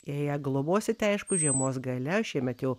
jei ją globosite aišku žiemos gale šiemet jau